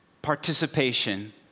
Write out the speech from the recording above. Participation